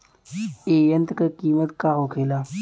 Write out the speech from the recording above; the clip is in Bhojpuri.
ए यंत्र का कीमत का होखेला?